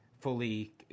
fully